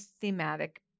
thematic